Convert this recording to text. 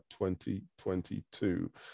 2022